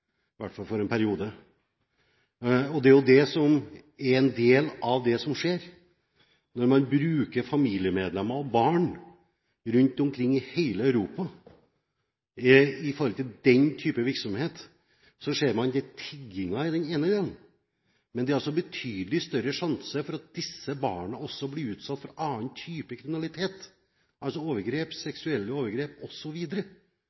hvert fall for en periode. Det er det som er en del av det som skjer når man bruker familiemedlemmene – barn – rundt omkring i hele Europa. I forhold til den type virksomhet ser man at tiggingen er den ene delen, men det er en betydelig større risiko for at disse barna også blir utsatt for annen type kriminalitet, som seksuelle overgrep